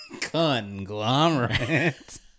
conglomerate